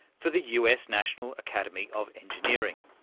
for the us national academy of engineering.